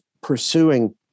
pursuing